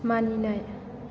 मानिनाय